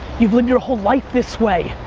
you've lived your whole life this way.